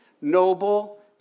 noble